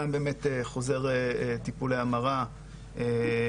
גם באמת חוזר טיפולי המרה שיצא,